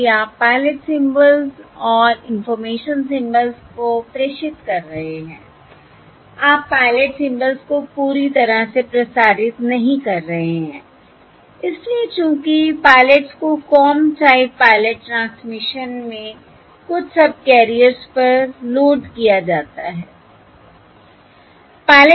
इसलिए आप pilot symbols और इंफॉर्मेशन सिंबल्स को प्रेषित कर रहे हैं आप पायलट सिंबल्स को पूरी तरह से प्रसारित नहीं कर रहे हैं इसलिए चूंकि पायलट्स को कॉम टाइप पायलट ट्रांसमिशन में कुछ सबकैरियर्स पर लोड किया जाता है